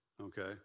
okay